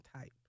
type